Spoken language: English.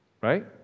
Right